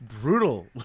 brutal